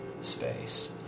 space